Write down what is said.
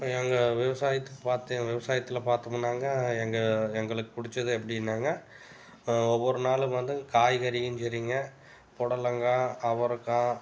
எங்கள் விவசாயத்தை பார்த்திங் விவசாயத்தில் பார்த்தோமுன்னாங்க எங்கள் எங்களுக்கு பிடிச்சது அப்படின்னாங்க ஒவ்வொரு நாளும் வந்து காய்கறியும் சரிங்க புடலங்கா அவரக்காய்